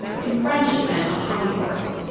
in french it meant a hobby horse.